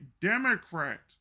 Democrat